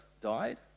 died